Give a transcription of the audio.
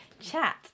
Chat